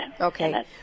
Okay